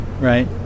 right